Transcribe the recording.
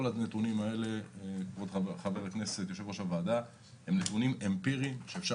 כל הנתונים האלה הם נתונים אמפיריים ואפשר